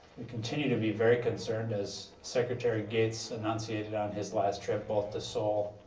we continue to be very concerned as secretary gates enunciated on his last trip both to seoul,